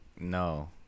no